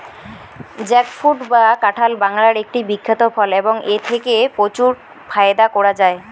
jackfruit বা কাঁঠাল বাংলার একটি বিখ্যাত ফল এবং এথেকে প্রচুর ফায়দা করা য়ায়